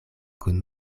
kun